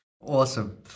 Awesome